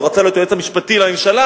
הוא רצה להיות היועץ המשפטי לממשלה,